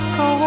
go